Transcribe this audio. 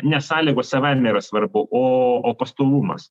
ne sąlygos savaime yra svarbu o pastovumas